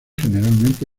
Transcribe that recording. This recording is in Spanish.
generalmente